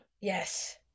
yes